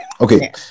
okay